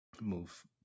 move